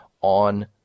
on